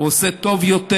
הוא עושה טוב יותר.